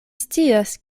scias